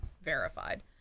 Verified